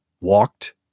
Walked